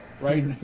Right